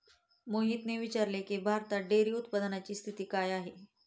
मोहितने विचारले की, भारतात डेअरी उत्पादनाची स्थिती काय आहे?